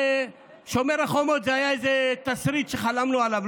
ושומר החומות היה איזה תסריט שחלמנו עליו,